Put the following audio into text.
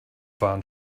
waren